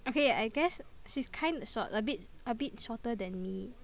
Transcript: okay I guess she's kinda short a bit a bit shorter than me